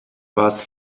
was